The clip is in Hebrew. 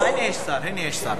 הנה יש שר.